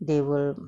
they will